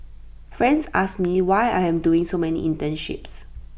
friends ask me why I am doing so many internships